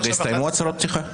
הסתיימו הצהרות הפתיחה.